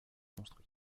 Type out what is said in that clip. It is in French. construit